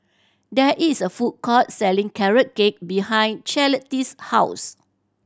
there is a food court selling Carrot Cake behind Charlottie's house